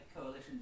coalition